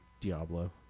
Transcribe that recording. Diablo